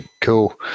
cool